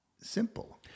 simple